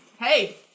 Hey